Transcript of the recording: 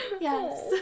Yes